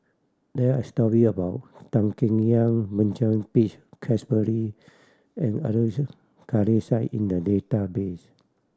there are a story about Tan Keng Yam Benjamin Peach Keasberry and Abdul Kadir Syed in the database